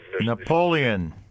Napoleon